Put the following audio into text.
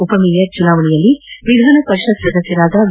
ಉಪಮೇಯರ್ ಚುನಾವಣೆಯಲ್ಲಿ ವಿಧಾನಪರಿಷತ್ ಸದಸ್ಯರಾದ ವಿ